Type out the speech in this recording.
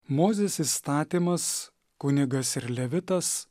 mozės įstatymas kunigas ir levitas